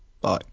bye